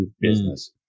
business